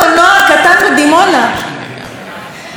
אל תזלזלי, והינה הגיעו